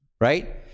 right